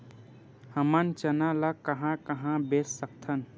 हमन चना ल कहां कहा बेच सकथन?